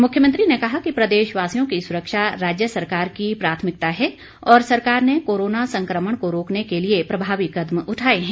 मुख्यमंत्री ने कहा कि प्रदेशवासियों की सुरक्षा राज्य सरकार की प्राथमिकता है और सरकार ने कोरोना संकमण को रोकने के लिए प्रभावी कदम उठाए हैं